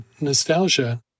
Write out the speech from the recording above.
nostalgia